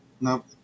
nope